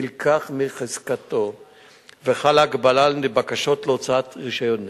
נלקח הנשק מחזקתו וחלה הגבלה על בקשות להוצאת רשיון נשק.